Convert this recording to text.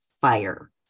fire